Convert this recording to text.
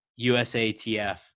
USATF